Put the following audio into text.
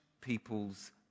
people's